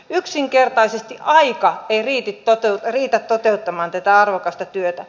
yksinkertaisesti aika ei riitä toteuttamaan tätä arvokasta työtä